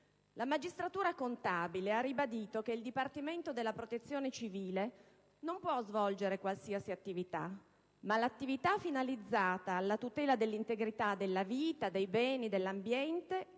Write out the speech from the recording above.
La magistratura contabile ha ribadito che il Dipartimento della protezione civile può svolgere non qualsiasi attività, ma «l'attività finalizzata alla tutela dell'integrità della vita, dei beni, degli